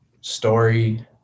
story